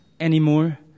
anymore